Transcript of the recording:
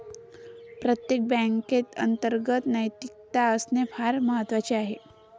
प्रत्येक बँकेत अंतर्गत नैतिकता असणे फार महत्वाचे आहे